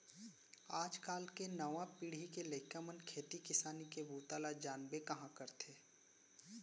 आज काल के नवा पीढ़ी के लइका मन खेती किसानी के बूता ल जानबे कहॉं करथे